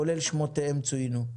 כולל שמותיהם שצוינו.